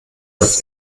dass